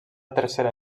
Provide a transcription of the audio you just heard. tercera